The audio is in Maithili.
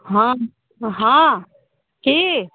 हँ की